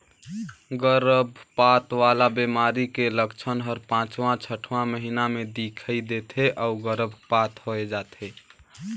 गरभपात वाला बेमारी के लक्छन हर पांचवां छठवां महीना में दिखई दे थे अउ गर्भपात होय जाथे